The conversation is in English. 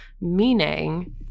Meaning